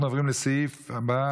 אנחנו עוברים לסעיף הבא,